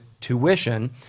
tuition